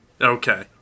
Okay